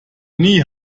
nie